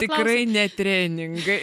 tikrai ne treningai